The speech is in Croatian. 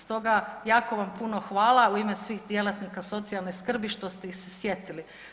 Stoga jako vam puno hvala u ime svih djelatnika socijalne skrbi što ste ih se sjetili.